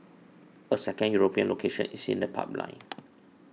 a second European location is in the pipeline